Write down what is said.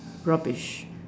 rubbish